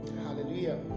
Hallelujah